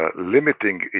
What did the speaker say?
limiting